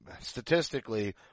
statistically